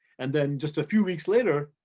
and then just a few weeks later,